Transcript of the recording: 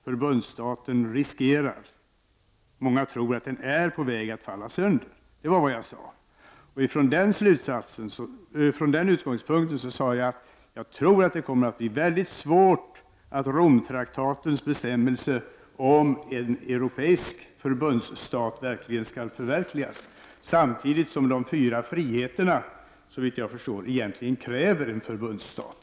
Förbundsstaten riskerar då — som många tror att den är på väg att göra — att falla sönder. Från denna utgångspunkt sade jag att jag tror att det kommer att bli väldigt svårt att förverkliga Romtraktatens bestämmelse om en europeisk förbundsstat, samtidigt som de fyra friheterna — såvitt jag förstår — egentligen kräver en förbundsstat.